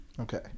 Okay